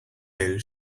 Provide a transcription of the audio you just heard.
aisle